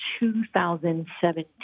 2017